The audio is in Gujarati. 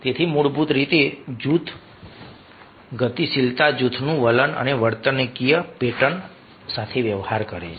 તેથી મૂળભૂત રીતે જૂથ ગતિશીલતા જૂથના વલણ અને વર્તણૂકીય પેટર્ન સાથે વ્યવહાર કરે છે